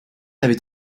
avait